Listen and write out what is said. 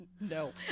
No